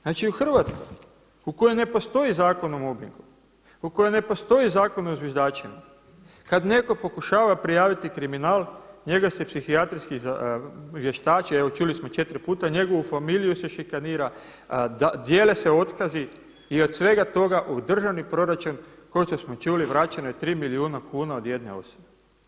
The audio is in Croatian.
Znači u Hrvatskoj u kojoj ne postoji zakon o mobingu, u kojoj ne postoji zakon o zviždačima, kada netko pokušava prijaviti kriminal njega se psihijatrijski vještači, evo čuli smo 4 puta i njegovu familiju se šikanira, dijele se otkazi i od svega toga u državni proračun kao što smo čuli vraćeno je 3 milijuna kuna od jedne osobe.